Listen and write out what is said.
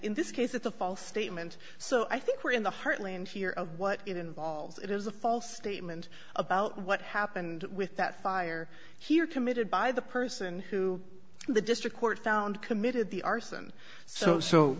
in this case it's a false statement so i think we're in the heartland here of what it involves it is a false statement about what happened with that fire here committed by the person who the district court found committed the arson so so